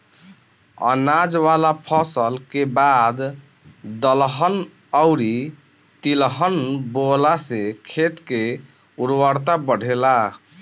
अनाज वाला फसल के बाद दलहन अउरी तिलहन बोअला से खेत के उर्वरता बढ़ेला